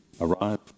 arrive